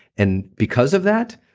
and because of that,